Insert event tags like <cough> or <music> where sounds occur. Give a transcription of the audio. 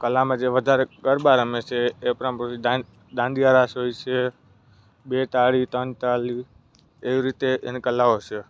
કલામાં જે વધારે ગરબા રમે છે એ <unintelligible> દાંડિયા રાસ હોય છે બે તાળી ત્રણ તાળી એવી રીતે એની કલાઓ છે